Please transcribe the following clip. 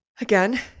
again